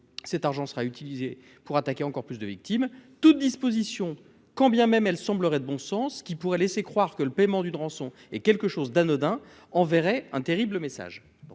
Cet argent sera utilisé pour attaquer encore plus de victimes. Toute disposition, quand bien même elle semblerait de bon sens, qui pourrait laisser croire que le paiement d'une rançon est quelque chose d'anodin, enverrait un terrible message.